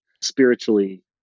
spiritually